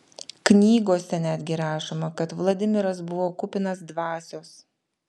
knygose netgi rašoma kad vladimiras buvo kupinas dvasios